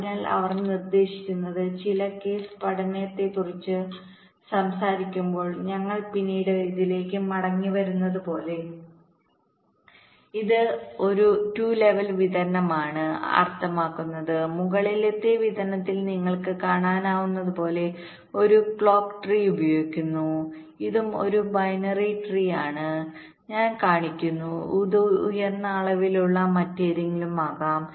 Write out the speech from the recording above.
അതിനാൽ അവർ നിർദ്ദേശിക്കുന്നത് ചില കേസ് പഠനത്തെക്കുറിച്ച് സംസാരിക്കുമ്പോൾ ഞങ്ങൾ പിന്നീട് ഇതിലേക്ക് മടങ്ങിവരുന്നതുപോലെ ഇത് ഒരു 2 ലെവൽ വിതരണമാണ് അർത്ഥമാക്കുന്നത് മുകളിലത്തെ വിതരണത്തിൽ നിങ്ങൾക്ക് കാണാനാകുന്നതുപോലെ ഞങ്ങൾ ഒരു ക്ലോക്ക് ട്രീ ഉപയോഗിക്കുന്നു ഇതും ഒരു ബൈനറി ട്രീയാണ് ഞാൻ കാണിക്കുന്നു ഇത് ഉയർന്ന അളവിലുള്ള മറ്റേതെങ്കിലും വൃക്ഷമാകാം